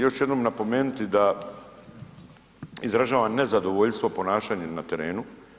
Još ću jednom napomenuti da izražavam nezadovoljstvo ponašanjem na terenu.